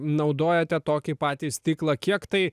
naudojate tokį patį stiklą kiek tai